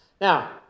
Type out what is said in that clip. Now